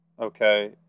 Okay